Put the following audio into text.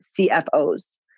CFOs